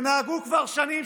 שנהגו כבר שנים,